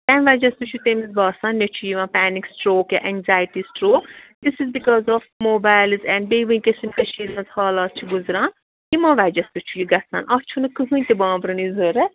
تَمہِ وجہ سۭتۍ چھُ تٔمِس باسان مےٚ چھُ یِوان پینِک سٹروک یا anxiety stroke this is because of mobiles and بیٚیہِ ونکیٚس یِم کٔشیٖرِ منٛز حالات چھِ گُزران یِمو وجہ سۭتۍ چھُ یہِ گژھان اَتھ چھُنہٕ کٕہٕنۍ تہِ بامبرَنٕچ ضوٚرتھ